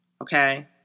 Okay